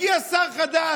ומגיע שר חדש,